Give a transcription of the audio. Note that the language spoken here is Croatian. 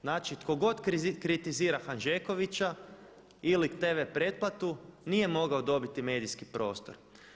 Znači tko god kritizira Hanžekovića ili TV pretplatu nije mogao dobiti medijski prostor.